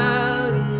out